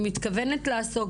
אני מתכוונת לעסוק